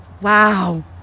Wow